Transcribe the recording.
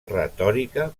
retòrica